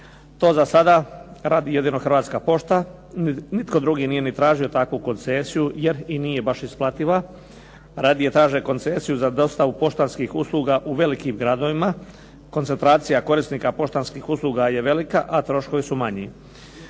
To za sada jedino radi Hrvatska pošta. Nitko drugi nije ni tražio takvu koncesiju, jer i nije baš isplativa. Radije traže koncesiju za dostavu poštanskih usluga u velikim gradovima, koncentracija korisnika poštanskih usluga je velika, a troškovi su manji.